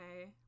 Okay